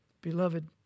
beloved